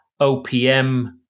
opm